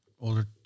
Older